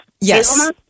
Yes